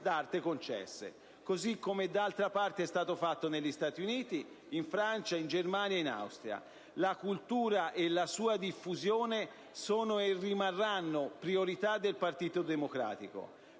d'arte concesse. D'altra parte così è stato fatto negli Stati Uniti, in Francia, in Germania e in Austria. La cultura e la sua diffusione sono e rimarranno priorità del Partito Democratico.